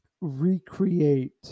recreate